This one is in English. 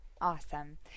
Awesome